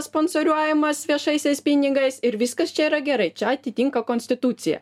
sponsoriuojamas viešaisiais pinigais ir viskas čia yra gerai čia atitinka konstituciją